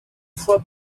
fois